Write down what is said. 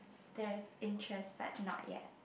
there is interest but not yet